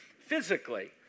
physically